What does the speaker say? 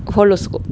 horoscope